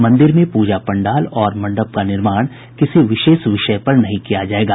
मंदिर में पूजा पंडाल और मंडप का निर्माण किसी विशेष विषय पर नहीं किया जायेगा